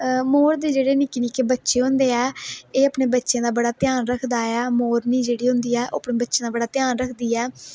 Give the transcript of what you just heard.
मोर दे जेहडे निक्के निक्के बच्चे होदें ऐ एह् अपने बच्चे दा बड़ा घ्यान रखदे ऐ मोरनी जेहड़ी होंदी ऐ ओह् अपने बच्चे दा बड़ी घ्यान रखदी ऐ